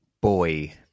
Boy